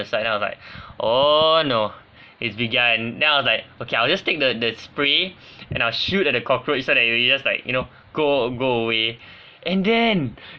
side then I was like oh no it's began then I was like okay I'll just take the the spray and I'll shoot at the cockroach so that it will just like you know go go away and then